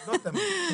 לא תמיד.